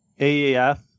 AAF